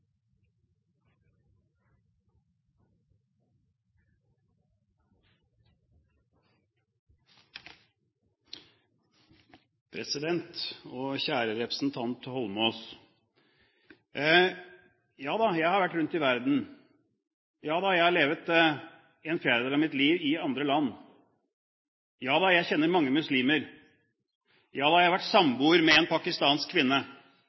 banen. President, og kjære representant Holmås: Ja da, jeg har vært rundt i verden. Ja da, jeg har levd en fjerdedel av mitt liv i andre land. Ja da, jeg kjenner mange muslimer. Ja da, jeg har vært samboer med en pakistansk kvinne.